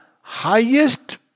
highest